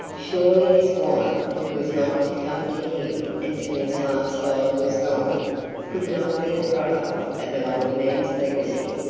surely this wife who was not to come to him until his last dollar was gone could not be the product of an old man's legacy.